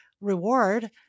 reward